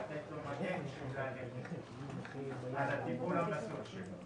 על הטיפול המסור.